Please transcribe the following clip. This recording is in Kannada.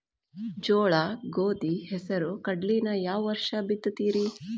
ಜೋಳ, ಗೋಧಿ, ಹೆಸರು, ಕಡ್ಲಿನ ಯಾವ ವರ್ಷ ಬಿತ್ತತಿರಿ?